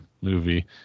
movie